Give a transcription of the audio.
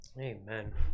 Amen